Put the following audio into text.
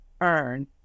earn